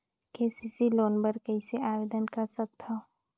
KCC loan बर कइसे आवेदन कर सकथव?